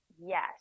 Yes